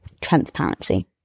transparency